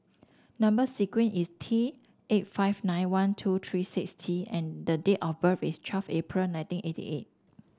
number sequence is T eight five nine one two three six T and date of birth is twelve April nineteen eighty eight